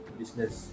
business